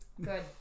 Good